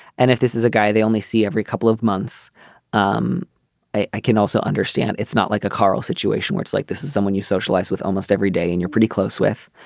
and if this is a guy they only see every couple of months um i i can also understand it's not like a carl situation works like this is someone you socialize with almost every day and you're pretty close with.